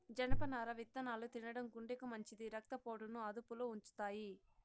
జనపనార విత్తనాలు తినడం గుండెకు మంచిది, రక్త పోటును అదుపులో ఉంచుతాయి